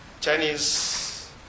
Chinese